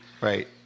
Right